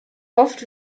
oft